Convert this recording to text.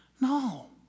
No